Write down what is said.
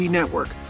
network